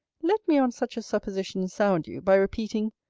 let me on such a supposition, sound you, by repeating,